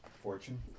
fortune